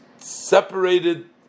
separated